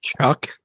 Chuck